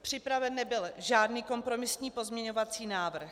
Připraven nebyl žádný kompromisní pozměňovací návrh.